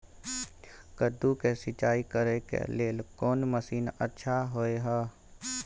कद्दू के सिंचाई करे के लेल कोन मसीन अच्छा होय है?